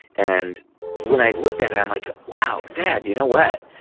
and when i looked at it i'm like, wow dad, you know what?